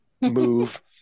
move